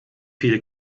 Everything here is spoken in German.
viele